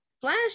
Flash